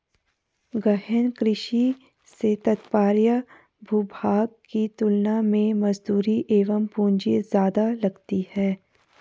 गहन कृषि से तात्पर्य भूभाग की तुलना में मजदूरी एवं पूंजी ज्यादा लगती है